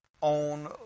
on